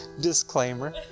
Disclaimer